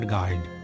Guide।